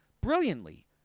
brilliantly